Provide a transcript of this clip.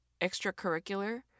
Extracurricular